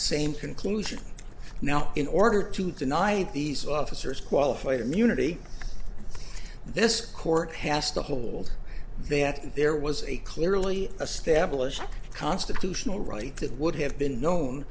conclusion now in order to deny these officers qualified immunity this court has to hold that there was a clearly established constitutional right that would have been known